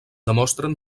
demostren